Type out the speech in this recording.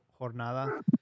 jornada